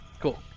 Cool